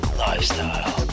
lifestyle